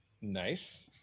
Nice